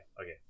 okay